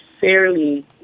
fairly